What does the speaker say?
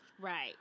right